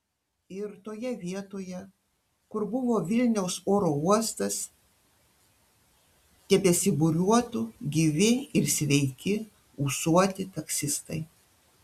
ir toje vietoje kur buvo vilniaus oro uostas tebesibūriuotų gyvi ir sveiki ūsuoti taksistai